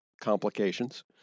complications